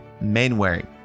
Mainwaring